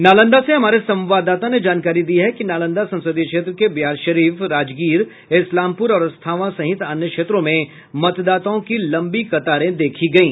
नालंदा से हमारे संवाददाता ने जानकारी दी है कि नालंदा संसदीय क्षेत्र को बिहार शरीफ राजगीर इस्लामपुर और अस्थावां सहित अन्य क्षेत्रों में मतदाताओं की लम्बी कतारें देखी गयी